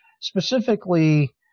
Specifically